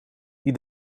die